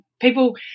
people